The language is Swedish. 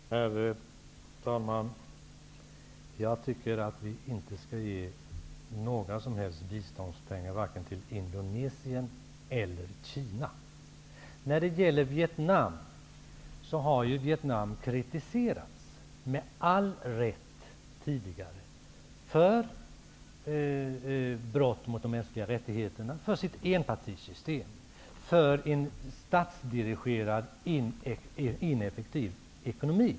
Herr talman! Jag tycker inte att vi skall ge några som helst biståndspengar vare sig till Indonesien eller till Kina. Vietnam har ju med all rätt tidigare kritiserats för brott mot de mänskliga rättigheterna, för sitt enpartisystem och för en statsdirigerad ineffektiv ekonomi.